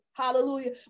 hallelujah